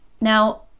now